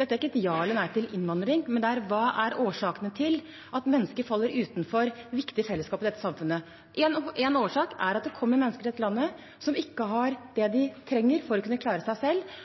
Dette er ikke et ja eller nei til innvandring, men om hva som er årsakene til at mennesker faller utenfor viktige fellesskap i dette samfunnet. En årsak er at det kommer mennesker til dette landet som ikke har det de trenger for å kunne klare seg selv.